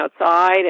outside